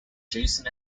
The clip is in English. jason